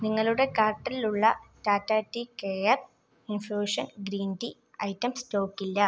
നിങ്ങളുടെ കാർട്ടിലുള്ള Tata tea care infusion green tea item stock ഇല്ല